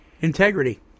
Integrity